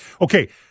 Okay